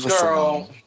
girl